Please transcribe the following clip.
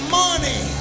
money